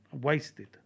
wasted